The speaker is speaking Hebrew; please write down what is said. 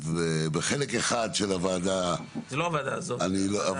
ובחלק אחד של הוועדה --- זה לא הוועדה הזאת.